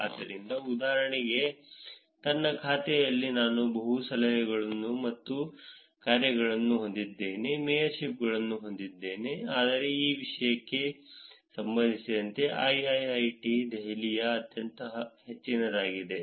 ಆದ್ದರಿಂದ ಉದಾಹರಣೆಗೆ ನನ್ನ ಖಾತೆಯಲ್ಲಿ ನಾನು ಬಹು ಸಲಹೆಗಳು ಮತ್ತು ಕಾರ್ಯಗಳನ್ನು ಹೊಂದಿದ್ದೇನೆ ಮೇಯರ್ಶಿಪ್ಗಳನ್ನು ಹೊಂದಿದ್ದೇನೆ ಆದರೆ ಆ ವಿಷಯಕ್ಕೆ ಸಂಬಂಧಿಸಿದಂತೆ ಐಐಐಟಿ ದೆಹಲಿಯ ಅತ್ಯಂತ ಹೆಚ್ಚಿನದಾಗಿದೆ